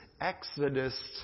exodus